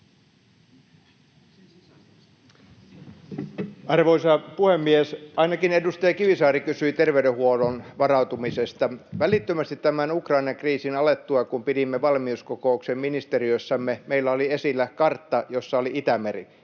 Arvoisa puhemies! Ainakin edustaja Kivisaari kysyi terveydenhuollon varautumisesta: Välittömästi tämän Ukrainan kriisin alettua, kun pidimme valmiuskokouksen ministeriössämme, meillä oli esillä kartta, jossa oli Itämeri